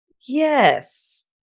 yes